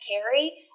carry